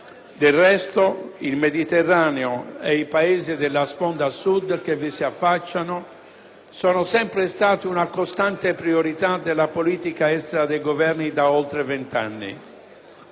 Del resto, il Mediterraneo e i Paesi della sponda Sud che vi si affacciano sono sempre stati una costante priorità della politica estera dei Governi da oltre vent'anni.